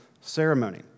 ceremony